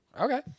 okay